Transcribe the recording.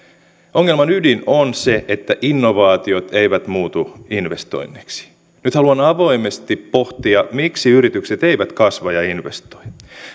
ongelman ydin on se että innovaatiot eivät muutu investoinneiksi nyt haluan avoimesti pohtia miksi yritykset eivät kasva ja investoi